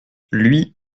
lui